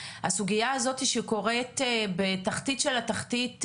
הסוגייה הזאת שקורית בתחתית של התחתית,